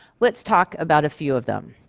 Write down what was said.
let's talk about a few of them.